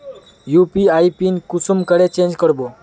UPI PIN कुंसम करे change करबो?